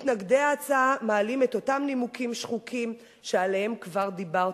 מתנגדי ההצעה מעלים את אותם נימוקים שחוקים שעליהם כבר דיברתי.